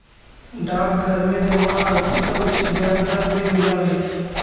डाकघर में जमा राशि पर उचित ब्याज दर भी मिलऽ हइ